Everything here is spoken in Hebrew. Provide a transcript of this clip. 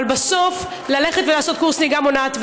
אבל בסוף ללכת ולעשות קורס נהיגה מונעת,